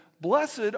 Blessed